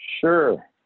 Sure